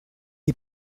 est